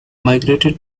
migrated